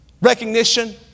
Recognition